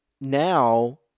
now